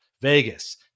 Vegas